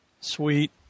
Sweet